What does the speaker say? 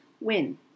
win